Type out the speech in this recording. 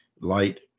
light